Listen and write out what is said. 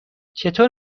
چطور